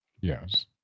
yes